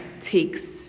takes